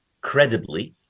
credibly